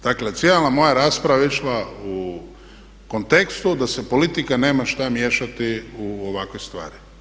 Dakle, cijela moja rasprava je išla u kontekstu da se politika nema što miješati u ovakve stvari.